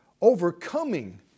overcoming